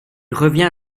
revient